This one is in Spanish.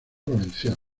valenciano